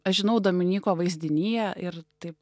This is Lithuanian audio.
aš žinau dominyko vaizdiniją ir taip